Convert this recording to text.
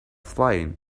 flying